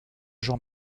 jour